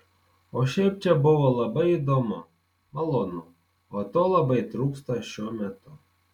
o šiaip čia buvo labai įdomu malonu o to labai trūksta šiuo metu